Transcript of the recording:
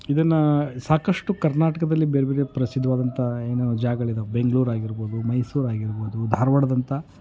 ಇದನ್ನು ಸಾಕಷ್ಟು ಕರ್ನಾಟಕದಲ್ಲಿ ಬೇರೆ ಬೇರೆ ಪ್ರಸಿದ್ಧವಾದಂತಹ ಏನು ಜಾಗಗಳಿದ್ದಾವೆ ಬೆಂಗ್ಳೂರು ಆಗಿರ್ಬೋದು ಮೈಸೂರು ಆಗಿರ್ಬೋದು ಧಾರವಾಡ್ದಂಥ